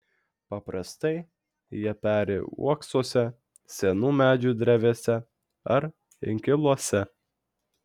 paprastai jie peri uoksuose senų medžių drevėse ar inkiluose